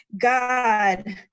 God